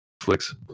flicks